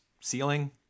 ceiling